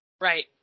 Right